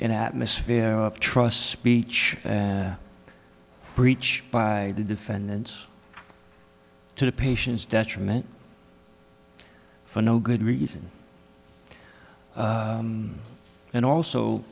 an atmosphere of trust speech and breach by the defendants to the patients detriment for no good reason and also